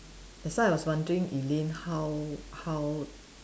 that's why I was wondering Elaine how how